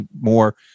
more